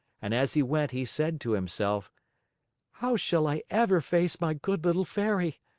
and as he went he said to himself how shall i ever face my good little fairy?